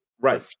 right